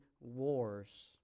wars